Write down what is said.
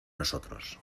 nosotros